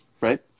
right